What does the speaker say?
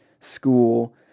school